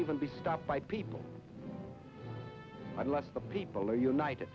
even be stopped by people unless the people are united